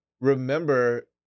remember